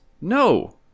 no